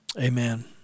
Amen